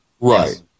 Right